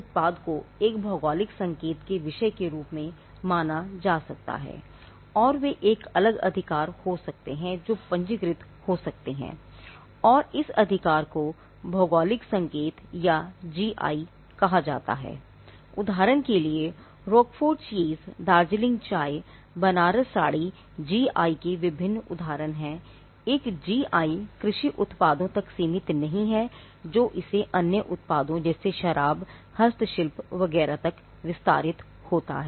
उदाहरण के लिए रोकेफोर्ट चीज़ कृषि उत्पादों तक सीमित नहीं है जो इसे अन्य उत्पादों जैसे शराब हस्तशिल्प वगैरह तक विस्तारित होता है